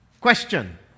Question